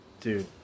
Dude